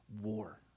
war